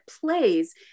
plays